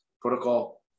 Protocol